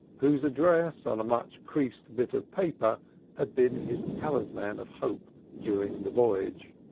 whose address on a much-creased bit of paper had been his talisman of hope during the voyage.